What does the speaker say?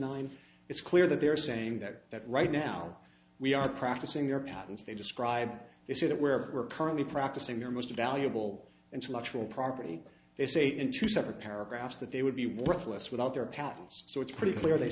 nine it's clear that they're saying that that right now we are practicing their patents they describe this or that where we're currently practicing their most valuable intellectual property they say in two separate paragraphs that they would be worthless without their patents so it's pretty clear they